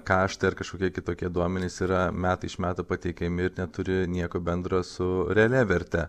kaštai ar kažkokie kitokie duomenys yra metai iš metų pateikiami ir neturi nieko bendro su realia verte